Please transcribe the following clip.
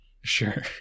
sure